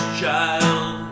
child